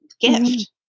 gift